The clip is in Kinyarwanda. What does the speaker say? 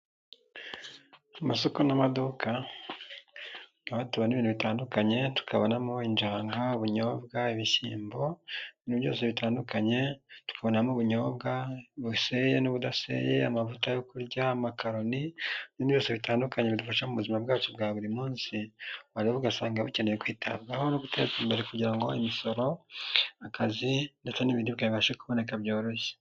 Amasoko n'amaduka, aho tubona ibintu bitandukanye, tukabonamo injanga, ubunyobwa, ibishyimbo, ibintu byose bitandukanye, tukabonamo ubunyobwa, buseye n'ubudaseye, amavuta yo kurya, amakaroni n'ibindi byose bitandukanye, bidufasha mu buzima bwacu bwa buri munsi. Wareba ugasanga bikeneye kwitabwaho no guteza imbere, kugira ngo imisoro, akazi ndetse n'ibiribwa bibashe kuboneka byoroshye.